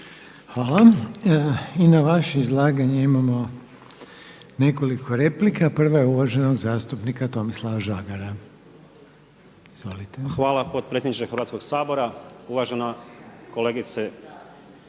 Hvala. I na vaše izlaganje imamo nekoliko replika. Prva je uvaženog zastupnika Tomislava Žagara. **Žagar, Tomislav (Nezavisni)** Hvala potpredsjednice Hrvatskoga sabora. Uvažena kolegice